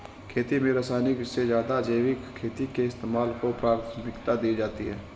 खेती में रासायनिक से ज़्यादा जैविक खेती के इस्तेमाल को प्राथमिकता दी जाती है